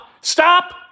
Stop